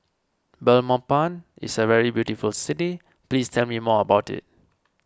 Belmopan is a very beautiful city please tell me more about it